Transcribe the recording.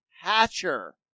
Hatcher